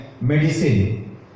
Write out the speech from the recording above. medicine